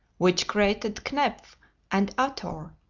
which created kneph and athor,